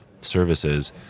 services